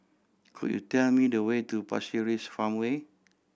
could you tell me the way to Pasir Ris Farmway